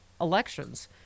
elections